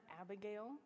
Abigail